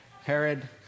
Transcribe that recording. Herod